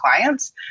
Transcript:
clients